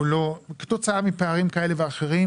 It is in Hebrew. כתוצאה מפערים כאלה ואחרים,